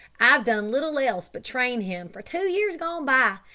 i've done little else but train him for two years gone by,